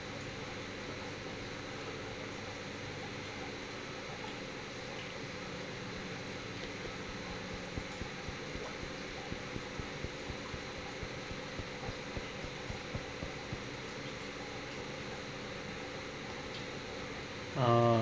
ah